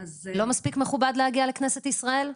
זה לא מספיק מכובד להגיע לכנסת ישראל?